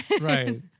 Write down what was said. right